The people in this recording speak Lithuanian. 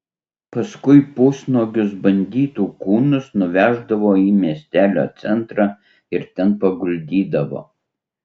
paskui pusnuogius banditų kūnus nuveždavo į miestelio centrą ir ten paguldydavo